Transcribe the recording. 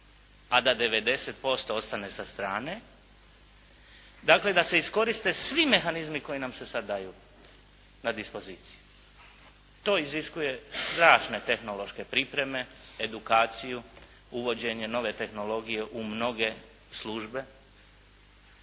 a da 90% ostane sa strane. Dakle, da se iskoriste svi mehanizmi koji nam se daju na dispoziciju. To iziskuje strašne tehnološke pripreme, edukaciju, uvođenje nove tehnologije u mnoge službe.